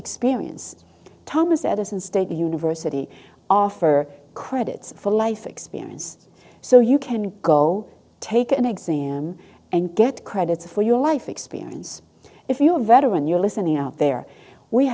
experience thomas edison state university offer credits for life experience so you can go take an exam and get credits for your life experience if you're a veteran you're listening out there we